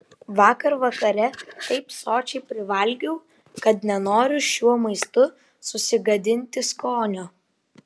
vakar vakare taip sočiai privalgiau kad nenoriu šiuo maistu susigadinti skonio